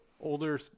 older